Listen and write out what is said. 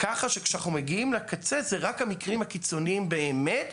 ככה שכשאנחנו מגיעים לקצה אלה רק המקרים הקיצוניים באמת,